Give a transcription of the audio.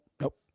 nope